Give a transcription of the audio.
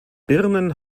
birnen